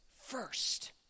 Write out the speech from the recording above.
First